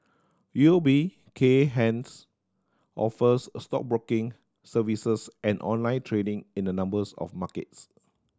U O B Kay Hans offers stockbroking services and online trading in a numbers of markets